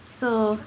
so